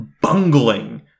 bungling